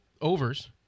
overs